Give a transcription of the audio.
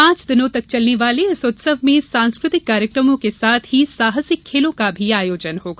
पांच दिनों कल चलने वाले इस उत्सव में सांस्कृतिक कार्यक्रमों के साथ ही साहसिक खेलों का भी आयोजन होगा